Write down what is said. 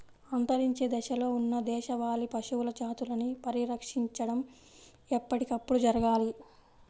అంతరించే దశలో ఉన్న దేశవాళీ పశువుల జాతులని పరిరక్షించడం ఎప్పటికప్పుడు జరగాలి